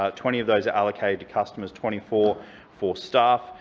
ah twenty of those are allocated to customers, twenty four for staff.